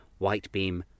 whitebeam